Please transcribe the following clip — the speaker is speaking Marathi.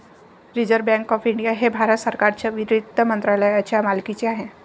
रिझर्व्ह बँक ऑफ इंडिया हे भारत सरकारच्या वित्त मंत्रालयाच्या मालकीचे आहे